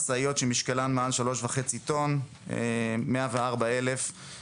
משאיות ארצי מקיף בפעם האחרונה נכון למועד פרסום הדוח.